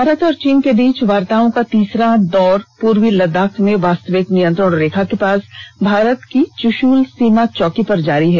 भारत और चीन के बीच वार्ताओं का तीसरा दौर पूर्वी लद्दाख में वास्तविक नियंत्रण रेखा के पास भारत की चुशूल सीमा चौकी पर जारी है